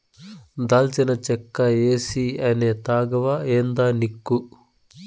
దాల్చిన చెక్క ఏసీ అనే తాగవా ఏందానిక్కు